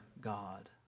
God